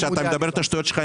כשאתה אומר את השטויות שלך,